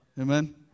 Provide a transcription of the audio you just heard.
Amen